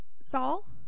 Saul